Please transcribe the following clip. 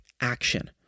action